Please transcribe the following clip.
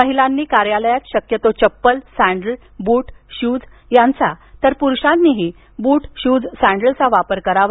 महिलांनी कार्यालयात शक्यतो चप्पल सॅन्डल बूट शूज यांचा तर पुरुषांनीही बूट शूज सॅन्डलचा वापर करावा